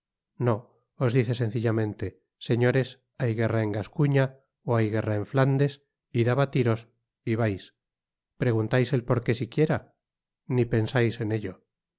no os dice sencillamente señores hay guerra en gascuña b hay guerra en flandes id á batiros y vais preguntais eí porqué siquiera ni pensáis en ello